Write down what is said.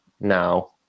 now